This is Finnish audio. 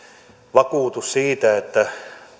vakuutus siitä että